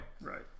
Right